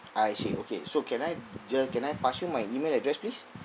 I see okay so can I just can I pass you my email address please